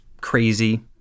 crazy